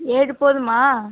ஏழு போதுமா